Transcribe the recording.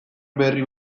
berri